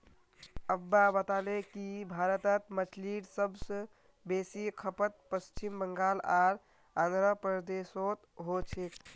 अब्बा बताले कि भारतत मछलीर सब स बेसी खपत पश्चिम बंगाल आर आंध्र प्रदेशोत हो छेक